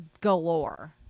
galore